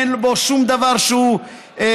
אין בו שום דבר שהוא פוליטי.